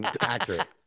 Accurate